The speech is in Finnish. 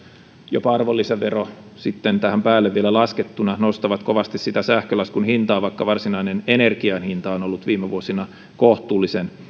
jopa arvonlisävero sitten vielä tähän päälle laskettuna nostavat kovasti sitä sähkölaskun hintaa vaikka varsinainen energian hinta on on ollut viime vuosina kohtuullisen